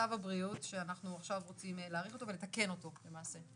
צו הבריאות שאנחנו עכשיו רוצים להאריך אותו ולתקן אותו למעשה,